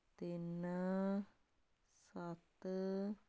ਤਿੰਨ ਸੱਤ